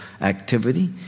activity